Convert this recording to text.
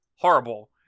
Horrible